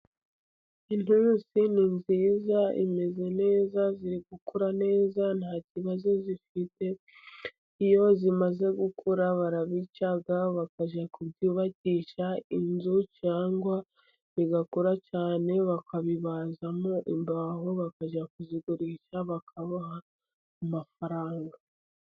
Inturusu ni nziza, imeze neza, iri gukura neza nta kibazo zifite. Iyo zimaze gukura barabica bakajya kubyubakisha inzu, cyangwa bigakura cyane bakabibazazamo imbaho, bakajya kuzigurisha bakabaha amafaranga.